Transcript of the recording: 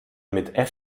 mit